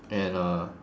and uh